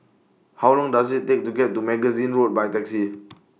How Long Does IT Take to get to Magazine Road By Taxi